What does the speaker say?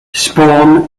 spawn